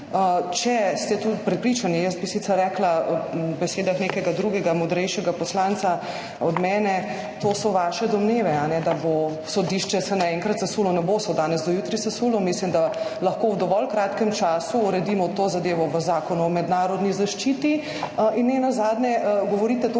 Če ste prepričani – jaz bi sicer rekla z besedami nekega drugega, modrejšega poslanca od mene, to so vaše domneve, da se bo sodišče naenkrat sesulo. Ne bo se od danes do jutri sesulo. Mislim, da lahko v dovolj kratkem času uredimo to zadevo v Zakonu o mednarodni zaščiti. Nenazadnje govorite